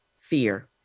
fear